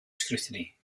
scrutiny